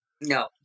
no